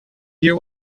hear